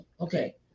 okay